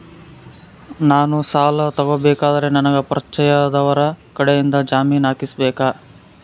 ನಾನು ಸಾಲ ತಗೋಬೇಕಾದರೆ ನನಗ ಪರಿಚಯದವರ ಕಡೆಯಿಂದ ಜಾಮೇನು ಹಾಕಿಸಬೇಕಾ?